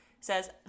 says